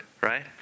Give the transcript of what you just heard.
Right